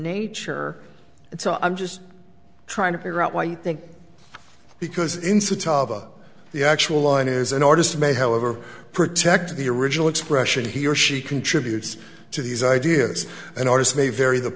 nature and so i'm just trying to figure out why you think because in city of the actual line is an artist may however protect the original expression he or she contributes to these ideas an artist may vary the